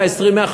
120,000,